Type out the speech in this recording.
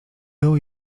był